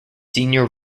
senior